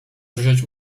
drżeć